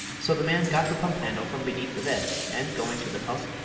so the man got the pump handle from beneath the bed, and, going to the pump,